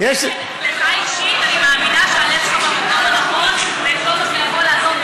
לך אישית אני מאמינה שהלב שלך במקום הנכון ואתה יכול לעזור,